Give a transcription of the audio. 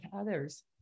others